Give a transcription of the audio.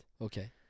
Okay